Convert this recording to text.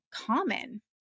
common